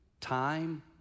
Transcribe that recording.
Time